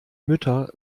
mütter